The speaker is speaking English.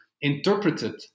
interpreted